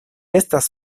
estas